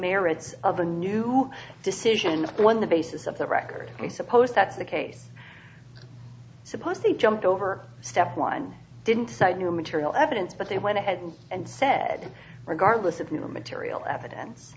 merits of a new decision one the basis of the record we suppose that's the case suppose they jumped over step one didn't cite new material evidence but they went ahead and said regardless of new material evidence